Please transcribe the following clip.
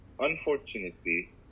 Unfortunately